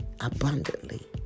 abundantly